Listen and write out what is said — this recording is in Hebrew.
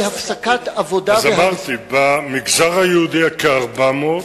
אמרתי, במגזר היהודי כ-400,